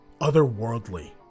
otherworldly